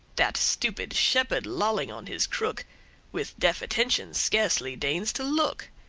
that stupid shepherd lolling on his crook with deaf attention scarcely deigns to look.